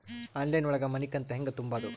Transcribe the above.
Online ಒಳಗ ಮನಿಕಂತ ಹ್ಯಾಂಗ ತುಂಬುದು?